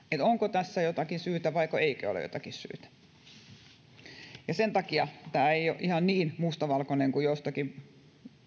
onko tässä jotakin syytä vai eikö ole jotakin syytä sen takia tämä ei ole ihan niin mustavalkoista kuin joistakin